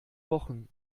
wochen